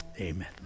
Amen